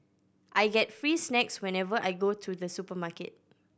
I get free snacks whenever I go to the supermarket